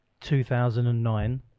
2009